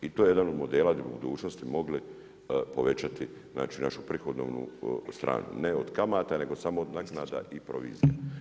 I to je jedan od modela gdje bi u budućnosti mogli povećati, znači našu prihodovnu stranu ne od kamata nego samo od naknada i provizija.